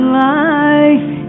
life